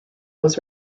was